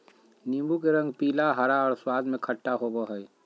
नीबू के रंग पीला, हरा और स्वाद में खट्टा होबो हइ